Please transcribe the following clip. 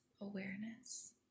awareness